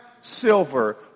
Silver